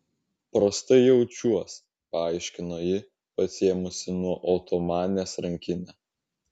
prastai jaučiuos paaiškino ji pasiėmusi nuo otomanės rankinę